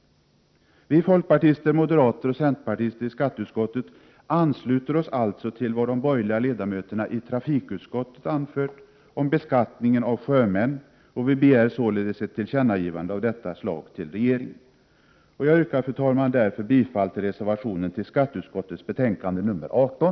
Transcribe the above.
Vi folkpartister, moderater och centerpartister i skatteutskottet ansluter oss alltså till vad de borgerliga ledamöterna i trafikutskottet har anfört om beskattningen av sjömän. Vi begär således ett tillkännagivande av detta slag till regeringen. Jag yrkar, fru talman, bifall till reservationen vid skatteutskottets betänkande nr 18.